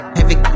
heavy